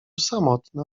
samotny